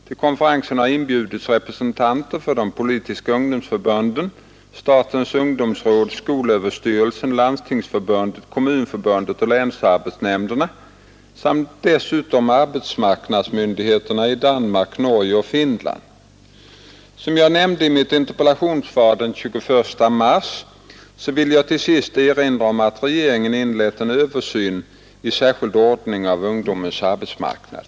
Till konferensen har inbjudits representanter för de politiska ungdomsförbunden, statens ungdomsråd, skolöverstyrelsen, Landstingsförbundet, Kommunförbundet och länsarbetsnämnderna samt dessutom arbetsmarknadsmyndigheterna i Danmark, Norge och Finland. Som jag nämnde i mitt interpellationssvar den 21 mars vill jag till sist erinra om att regeringen inlett en översyn i särskild ordning av ungdomens arbetsmarknad.